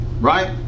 right